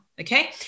Okay